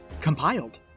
compiled